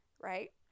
right